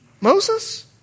Moses